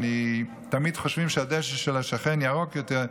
תמיד חושבים שהדשא של השכן ירוק יותר,